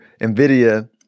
NVIDIA